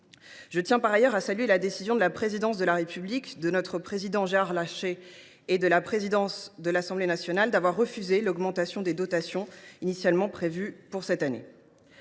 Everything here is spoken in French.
Je tiens donc à saluer la décision de la Présidence de la République, de notre président Gérard Larcher et de la présidente de l’Assemblée nationale Yaël Braun Pivet de refuser l’augmentation des dotations initialement prévue pour cette année.